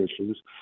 issues